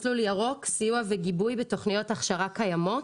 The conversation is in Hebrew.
מסלול ירוק סיוע וגיבוי בתוכניות הכשרה קיימות,